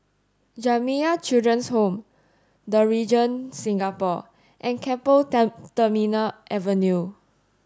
Jamiyah Children's Home The Regent Singapore and Keppel Terminal Avenue